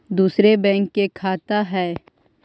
दुसरे बैंक के खाता हैं?